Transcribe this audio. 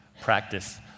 practice